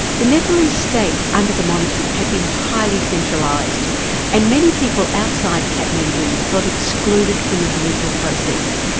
the nepali state under the monarchy had been highly centralised and many people outside kathmandu felt excluded from the political process.